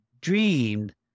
dreamed